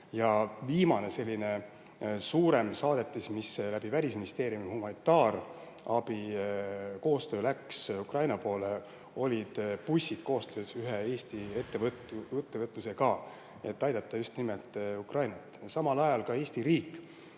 Viimane selline suurem saadetis, mis Välisministeeriumi humanitaarabikoostöö raames läks Ukraina poole, olid bussid koostöös ühe Eesti ettevõttega, et aidata just nimelt Ukrainat. Samal ajal ka Eesti riik